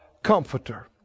Comforter